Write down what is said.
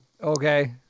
Okay